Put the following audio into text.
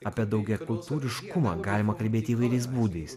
apie daugiakultūriškumą galima kalbėti įvairiais būdais